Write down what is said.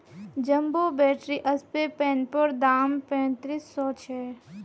jumbo battery spray पंपैर दाम पैंतीस सौ छे